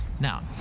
Now